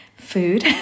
food